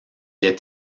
est